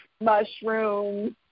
Mushrooms